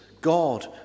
God